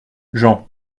jean